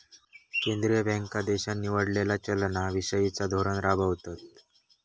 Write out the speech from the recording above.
केंद्रीय बँका देशान निवडलेला चलना विषयिचा धोरण राबवतत